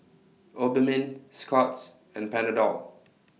Obimin Scott's and Panadol